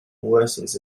worsens